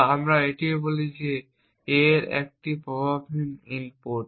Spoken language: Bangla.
বা আমরা এটাও বলি যে A একটি প্রভাবহীন ইনপুট